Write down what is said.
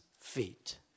feet